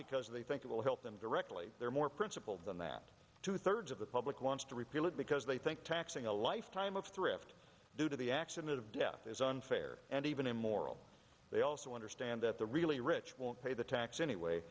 because they think it will help them directly they're more principled than that two thirds of the public wants to repeal it because they think taxing a lifetime of thrift due to the action of it is unfair and even immoral they also understand that the really rich won't pay the tax anyway